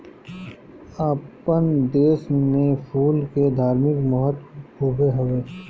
आपन देस में फूल के धार्मिक महत्व खुबे हवे